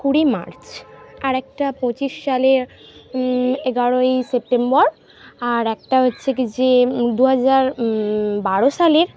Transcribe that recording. কুড়ি মার্চ আর একটা পঁচিশ সালের এগারোই সেপ্টেম্বর আর একটা হচ্ছে কি যে দু হাজার বারো সালের